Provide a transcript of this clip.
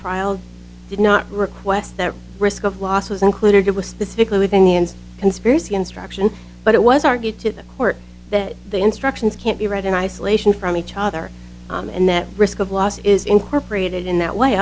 trial did not request that risk of loss was included it was specifically within the ins conspiracy instruction but it was argued to the court that the instructions can't be read in isolation from each other and that risk of loss is incorporated in that way